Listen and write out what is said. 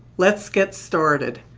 let's get started.